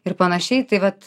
ir panašiai tai vat